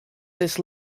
this